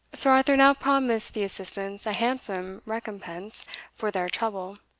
sir arthur now promised the assistants a handsome recompense for their trouble,